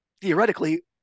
theoretically